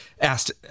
asked